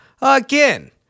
again